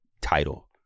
title